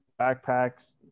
backpacks